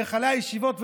להיכלי הישיבות,